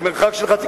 זה מרחק של חצי,